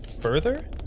further